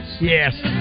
Yes